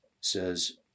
says